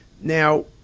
Now